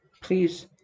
Please